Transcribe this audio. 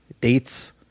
dates